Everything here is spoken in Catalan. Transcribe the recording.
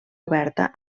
oberta